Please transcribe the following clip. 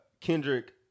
Kendrick